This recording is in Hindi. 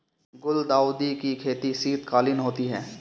गुलदाउदी की खेती शीतकालीन होती है